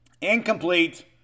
incomplete